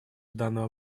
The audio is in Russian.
данного